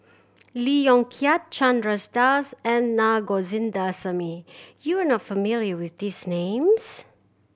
Lee Yong Kiat Chandras Das and Na Govindasamy you are not familiar with these names